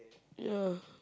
ya